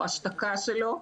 או השתקה שלו,